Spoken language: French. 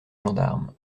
gendarme